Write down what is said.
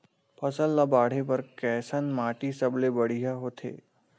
फसल ला बाढ़े बर कैसन माटी सबले बढ़िया होथे?